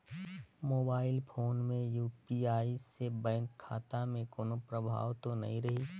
Mobile phone मे UPI से bank खाता मे कोनो प्रभाव तो नइ रही?